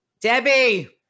Debbie